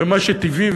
ומה שטבעי,